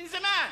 מזמן.